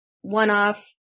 one-off